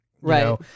Right